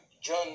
John